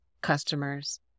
customers